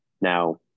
Now